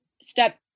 step